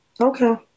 Okay